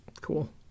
cool